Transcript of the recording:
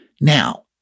Now